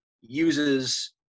uses